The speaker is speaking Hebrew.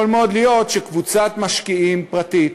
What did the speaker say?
יכול מאוד להיות שקבוצת משקיעים פרטית